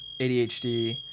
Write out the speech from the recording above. ADHD